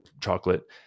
chocolate